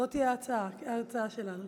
זאת תהיה ההצעה שלנו.